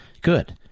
good